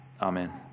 Amen